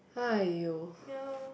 !aiyo!